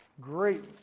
Great